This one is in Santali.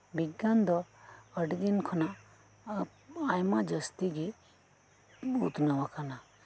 ᱵᱤᱜᱽᱜᱟᱱ ᱫᱚ ᱟᱹᱰᱤ ᱫᱤᱱ ᱠᱷᱚᱱᱟᱜ ᱟᱭᱢᱟ ᱡᱟᱹᱥᱛᱤ ᱜᱮ ᱩᱛᱱᱟᱹᱣ ᱟᱠᱟᱱᱟ